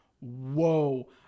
whoa